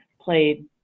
played